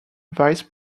vice